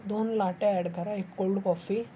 दोन latte add करा एक कोल्ड कॉफी